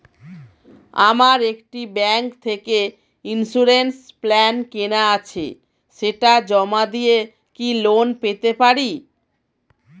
আমার একটি ব্যাংক থেকে ইন্সুরেন্স প্ল্যান কেনা আছে সেটা জমা দিয়ে কি লোন পেতে পারি?